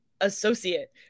associate